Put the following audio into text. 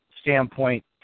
standpoint